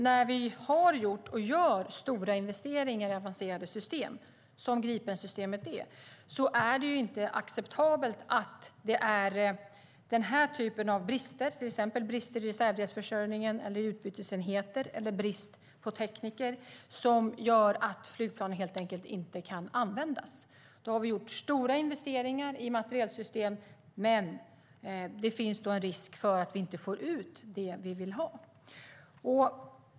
När vi har gjort och gör stora investeringar i avancerade system som Gripensystemet är det inte acceptabelt att det är den här typen av brister. Det gäller till exempel brister i reservdelsförsörjningen och utbytesenheter eller brist på tekniker som gör att flygplanet helt enkelt inte kan användas. Vi har gjort stora investeringar i materielsystem, men det finns en risk för att vi inte får ut det vi vill ha.